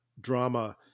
drama